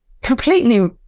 completely